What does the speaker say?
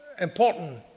important